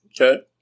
Okay